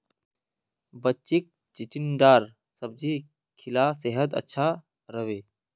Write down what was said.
बच्चीक चिचिण्डार सब्जी खिला सेहद अच्छा रह बे